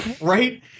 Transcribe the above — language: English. Right